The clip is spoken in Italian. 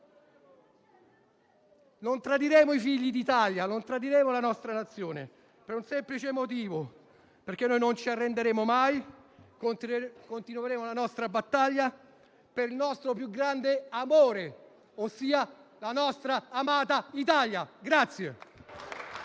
Non tradiremo i figli d'Italia. Non tradiremo la nostra Nazione, per un semplice motivo: non ci arrenderemo mai, ma continueremo la nostra battaglia per il nostro più grande amore, ossia la nostra amata Italia.